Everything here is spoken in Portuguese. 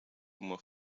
uma